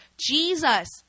Jesus